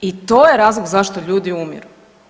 I to je razlog zašto ljudi umiru.